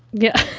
yeah.